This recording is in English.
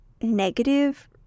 negative